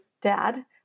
dad